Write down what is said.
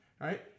Right